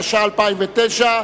התש"ע 2009,